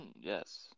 Yes